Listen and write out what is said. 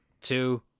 two